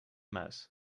muis